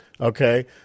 okay